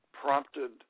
prompted